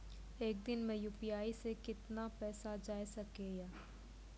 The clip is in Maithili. एक दिन मे यु.पी.आई से कितना पैसा जाय सके या?